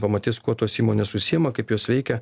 pamatys kuo tos įmonės užsiima kaip jos veikia